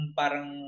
parang